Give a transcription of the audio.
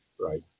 Right